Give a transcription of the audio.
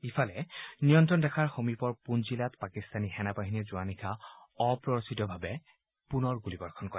ইফালে নিয়ন্ত্ৰণ ৰেখাৰ সমীপৰ পুঞ্চ জিলাত পাকিস্থানী সেনাবাহিনীয়ে যোৱা নিশা অপ্ৰৰোচিতভাৱে গুলীবৰ্ষণ কৰে